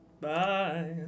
Bye